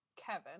Kevin